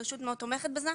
הרשות מאוד תומכת בזה.